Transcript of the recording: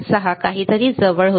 86 काहीतरी जवळ का होते